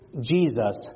Jesus